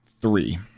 Three